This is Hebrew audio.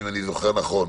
אם אני זוכר נכון,